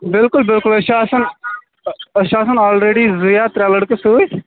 بِلکُل بِلکُل أسۍ چھِ آسان أسۍ چھِ آسان آل ریڈی زٕ یا ترٛےٚ لڑکہٕ سٍتۍ